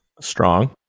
Strong